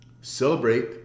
Celebrate